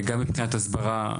גם מבחינת הסברה,